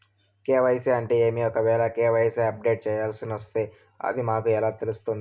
KYC అంటే ఏమి? ఒకవేల కె.వై.సి అప్డేట్ చేయాల్సొస్తే అది మాకు ఎలా తెలుస్తాది?